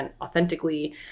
authentically